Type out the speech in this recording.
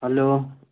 hello